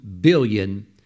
billion